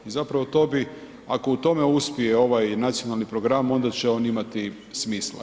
I zapravo to bi, ako u tome uspije ovaj nacionalni program onda će on imati smisla.